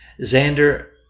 Xander